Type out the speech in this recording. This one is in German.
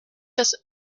das